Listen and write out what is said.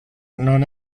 non